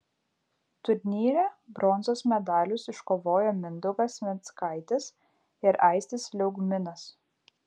turnyre bronzos medalius iškovojo mindaugas venckaitis ir aistis liaugminas